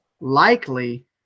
likely